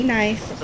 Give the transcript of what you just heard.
nice